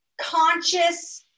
conscious